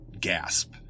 gasp